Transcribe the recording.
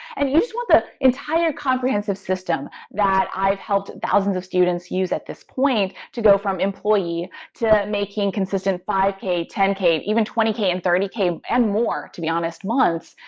and you just want the entire comprehensive system that i've helped thousands of students use at this point, to go from employee to making consistent five k, ten k, even twenty k and thirty k and more, to be honest, months,